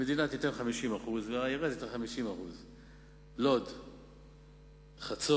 המדינה תיתן 50% והעירייה תיתן 50%. לוד, חצור: